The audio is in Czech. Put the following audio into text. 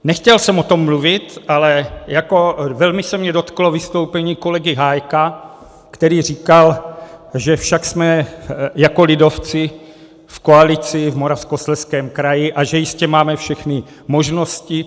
Nechtěl jsem o tom mluvit, ale velmi se mě dotklo vystoupení kolegy Hájka, který říkal, že však jsme jako lidovci v koalici v Moravskoslezském kraji a že jistě máme všechny možnosti.